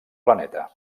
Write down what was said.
planeta